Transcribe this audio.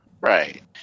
Right